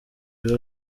ibi